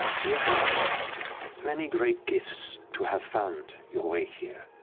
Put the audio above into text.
you have many great gifts to have found your way here,